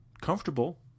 comfortable